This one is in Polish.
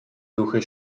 duchy